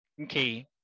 Okay